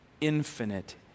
infinite